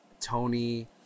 Tony